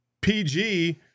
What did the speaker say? PG